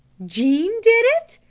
jean did it?